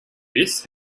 this